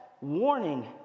warning